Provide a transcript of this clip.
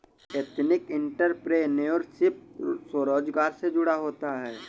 ethnic entrepreneurship स्वरोजगार से जुड़ा होता है